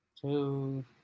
Two